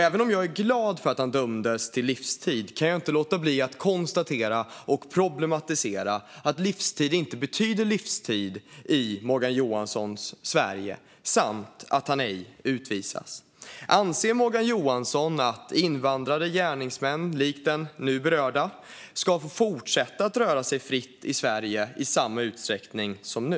Även om jag är glad för att han dömdes till livstids fängelse kan jag inte låta bli att konstatera och problematisera att livstid inte betyder livstid i Morgan Johanssons Sverige samt att han ej utvisas. Anser Morgan Johansson att invandrare och gärningsmän, likt den nu berörda, ska få fortsätta att röra sig fritt i Sverige i samma utsträckning som nu?